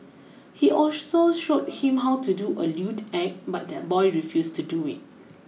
he also showed him how to do a lewd act but the boy refused to do it